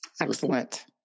Excellent